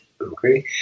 Okay